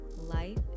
life